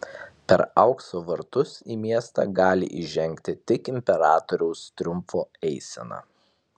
per aukso vartus į miestą gali įžengti tik imperatoriaus triumfo eisena